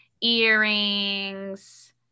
earrings